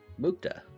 Mukta